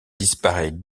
disparaît